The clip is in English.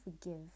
forgive